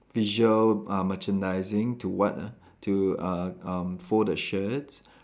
visual uh merchandising to what ah to uh um fold the shirts